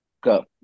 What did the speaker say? Go